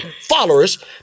followers